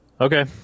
Okay